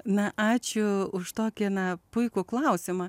na ačiū už tokį na puikų klausimą